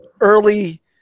early